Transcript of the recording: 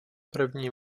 první